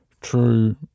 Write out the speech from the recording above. true